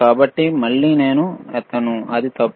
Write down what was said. కాబట్టి మళ్ళీ నేను ఎత్తాను ఇది తప్పు